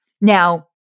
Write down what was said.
Now